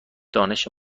دانش